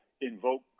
invoke